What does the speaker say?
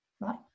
right